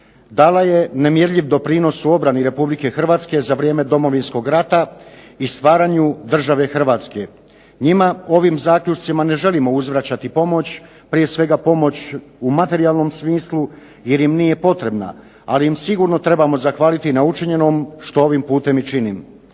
dala je nemjerljiv doprinos u obrani RH za vrijeme Domovinskog rata i stvaranju države Hrvatske. Njima, ovim zaključcima ne želimo uzvraćati pomoć, prije svega pomoć u materijalnom smislu jer im nije potrebna. Ali, im sigurno trebamo zahvaliti na učinjenom što ovim putem i činim.